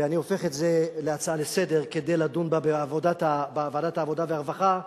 ואני הופך את זה להצעה לסדר כדי לדון בה בוועדת העבודה והרווחה,